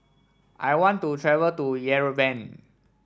I want to travel to Yerevan